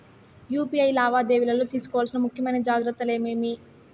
UPI లావాదేవీలలో తీసుకోవాల్సిన ముఖ్యమైన జాగ్రత్తలు ఏమేమీ?